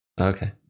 Okay